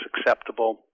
acceptable